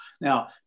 Now